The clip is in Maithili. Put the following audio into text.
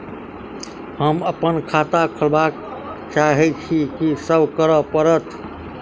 हम अप्पन खाता खोलब चाहै छी की सब करऽ पड़त?